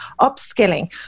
upskilling